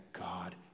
God